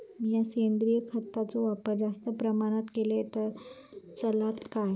मीया सेंद्रिय खताचो वापर जास्त प्रमाणात केलय तर चलात काय?